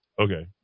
Okay